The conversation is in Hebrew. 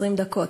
20 דקות.